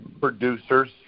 producers